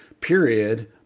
period